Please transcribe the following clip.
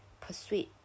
persuade